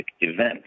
event